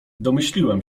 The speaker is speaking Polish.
domyśliłem